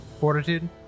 fortitude